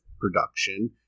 production